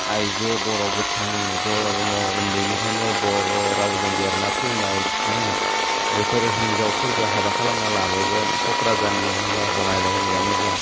आइजो बर' गोथां जरम' उन्दैनिफ्रायनो बर' रावजों देरना फैनाय होह बेफोरो हिन्जावफोरखौ हाबा खालामना लाबोगोन क'क्राझारनियानो जा बङाइगावनियानो जा